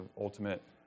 ultimate